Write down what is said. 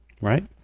right